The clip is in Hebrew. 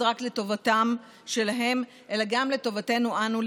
רק לטובתם שלהם אלא גם לטובתנו אנו,